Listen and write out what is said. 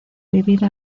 vivir